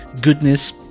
goodness